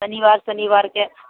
शनिवार शनिवारके